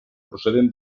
procedent